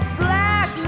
black